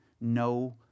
No